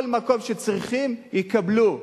כל מקום שבו צריכים, יקבלו.